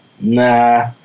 nah